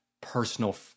personal